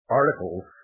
articles